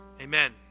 Amen